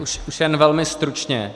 Už jen velmi stručně.